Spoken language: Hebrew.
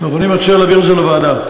טוב, אני מציע להעביר את זה לוועדה.